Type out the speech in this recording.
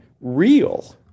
Real